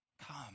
come